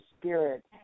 spirit